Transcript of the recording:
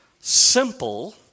simple